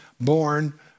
born